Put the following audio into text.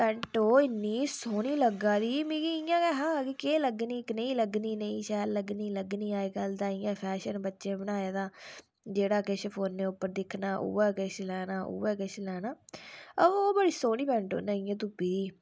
pant ओह् इन्नी सौह्नी लग्गा दी मिगी केह् लग्गनी कनेही लग्गनी इन्नी शैल लग्गनी अजकल ते फैशन बच्चे बनाए दा जेह्ड़ा किश फोनें उप्पर दिक्खना उ'ऐ किश लैना उ'ऐ किश लैना अबो ओह् बड़ी सोह्नी पैंट उ'नें तुप्पी दी ही